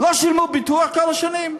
הם לא שילמו ביטוח כל השנים?